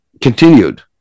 continued